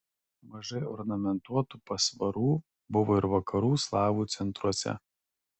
mažai ornamentuotų pasvarų buvo ir vakarų slavų centruose